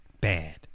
Bad